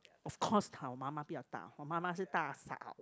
of course 我妈妈比较大我妈妈是大